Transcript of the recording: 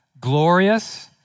glorious